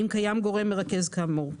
אם קיים גורם מרכז כאמור.